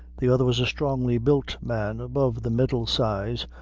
the other was a strongly-built man, above the middle size,